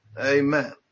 Amen